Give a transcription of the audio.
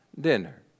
dinner